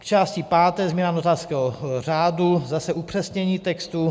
V části páté změna notářského řádu zase upřesnění textu.